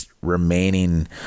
remaining